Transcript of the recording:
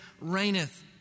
reigneth